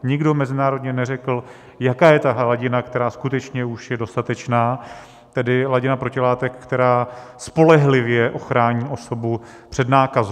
Nikdo mezinárodně neřekl, jaká je ta hladina, která skutečně už je dostatečná, tedy hladina protilátek, která spolehlivě ochrání osobu před nákazou.